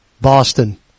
Boston